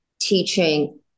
teaching